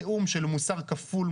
נאום של מוסר כפול,